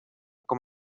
com